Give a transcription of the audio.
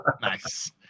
Nice